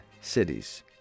cities